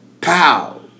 pow